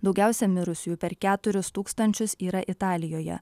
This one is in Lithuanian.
daugiausia mirusiųjų per keturis tūkstančius yra italijoje